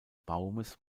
baumes